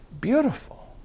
beautiful